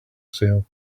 sale